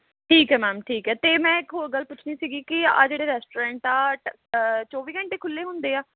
ਠੀਕ ਹੈ ਮੈਮ ਠੀਕ ਹੈ ਅਤੇ ਮੈਂ ਇੱਕ ਹੋਰ ਗੱਲ ਪੁੱਛਣੀ ਸੀਗੀ ਕਿ ਇਹ ਜਿਹੜੇ ਰੈਸਟੋਰੈਂਟ ਟ ਅ ਚੌਵੀ ਘੰਟੇ ਖੁੱਲ੍ਹੇ ਹੁੰਦੇ ਆ